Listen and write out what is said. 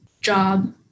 job